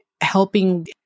helping